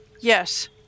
yes